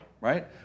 right